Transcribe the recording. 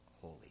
holy